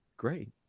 great